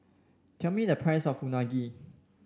tell me the price of Unagi